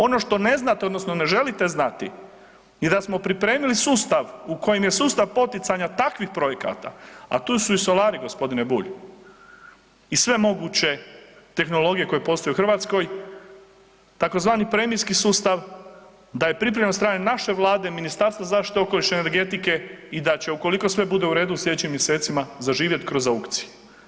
Ono što ne znate odnosno ne želite znati i da smo pripremili sustav u kojem je sustav poticanja takvih projekata, a tu su i solari g. Bulj i sve moguće tehnologije koje postoje u Hrvatskoj tzv. premijski sustav da je pripremljen od strane naše vlade, Ministarstva zaštite okoliša i energetike i da će, ukoliko sve bude u redu, u slijedećim mjesecima zaživjet kroz aukcije.